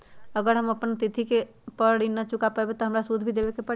अगर हम अपना तिथि पर ऋण न चुका पायेबे त हमरा सूद भी देबे के परि?